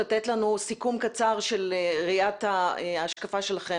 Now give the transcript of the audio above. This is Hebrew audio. לתת לנו סיכום קצר של ראיית ההשקפה שלכם